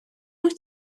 wyt